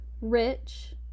rich